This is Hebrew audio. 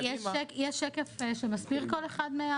יש שקף שמסביר כל אחד מהחיוויים האלה?